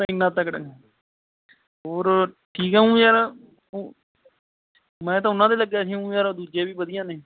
ਇੰਨਾ ਤਕੜਾ ਹੈ ਹੋਰ ਠੀਕ ਹੈ ਊਂ ਯਾਰ ਉ ਮੈਂ ਤਾਂ ਉਨ੍ਹਾਂ ਦੇ ਲੱਗਿਆ ਸੀ ਊਂ ਯਾਰ ਦੂਜੇ ਵੀ ਵਧੀਆ ਨੇ